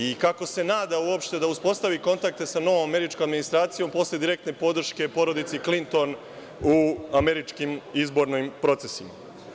I kako se nada uopšte da uspostavi kontakte sa novom američkom administracijom posle direktne podrške porodici Klinton u američkim izbornim procesima?